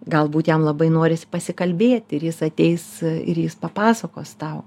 galbūt jam labai norisi pasikalbėti ir jis ateis ir jis papasakos tau